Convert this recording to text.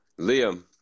Liam